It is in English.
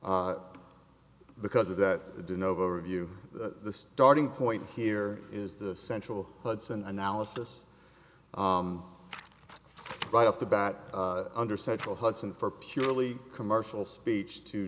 fact because of that didn't overview the starting point here is the central hudson analysis right off the bat under central hudson for purely commercial speech to